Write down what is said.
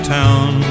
town